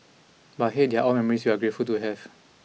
but hey they are all memories we're grateful to have